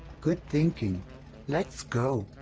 good thinking let's go.